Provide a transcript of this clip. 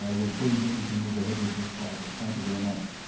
ah we're pleased that we can move ahead with this project. thank you very much.